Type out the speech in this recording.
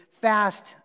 fast